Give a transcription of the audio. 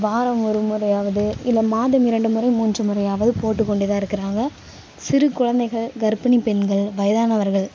வாரம் ஒரு முறையாவது இல்லை மாதம் இரண்டு முறை மூன்று முறையாவது போட்டுக்கொண்டுதான் இருக்கிறாங்க சிறு குழந்தைகள் கர்ப்பிணி பெண்கள் வயதானவர்கள்